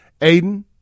Aiden